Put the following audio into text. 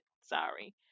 Sorry